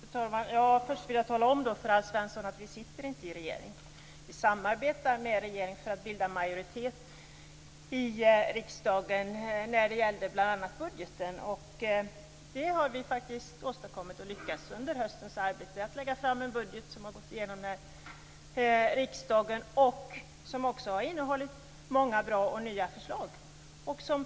Fru talman! Först vill jag tala om för Alf Svensson att vi inte sitter i regeringen. Vi samarbetade med regeringen för att bilda majoritet i riksdagen när det bl.a. gällde budgeten. Det har vi faktiskt åstadkommit. Vi har under höstens arbete lyckats att lägga fram en budget som gick igenom i riksdagen och som innehöll många bra och nya förslag.